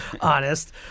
honest